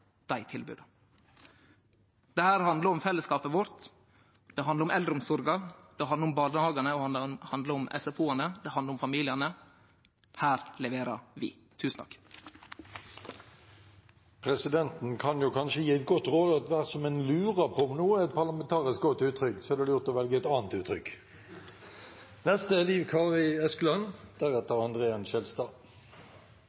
dei tilboda. Dette handlar om fellesskapet vårt. Det handlar om eldreomsorga. Det handlar om barnehagane, og det handlar om SFO-ane. Det handlar om familiane. Her leverer vi. Presidenten kan jo kanskje gi et godt råd om at dersom en lurer på om noe er et parlamentarisk godt uttrykk, er det lurt å velge et annet uttrykk.